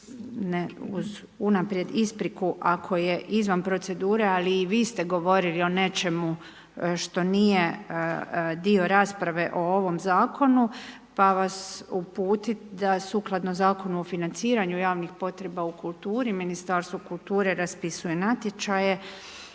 uz unaprijed ispriku ako je izvan procedure, ali i vi ste govorili o nečemu što nije dio rasprave o ovom Zakonu, pa vas uputiti da sukladno Zakonu o financiranju javnih potreba u kulturi Ministarstvo kulture raspisuje natječaje,